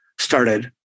started